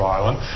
Island